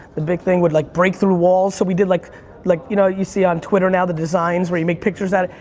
the big thing would like break through walls. so we did, like like you know you see on twitter now, the designs where you make pictures at it.